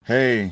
Hey